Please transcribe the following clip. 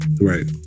Right